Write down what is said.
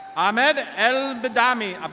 ahmad al badami.